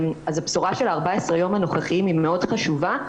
אז הבשורה של 14 יום הנוכחיים היא מאוד חשובה,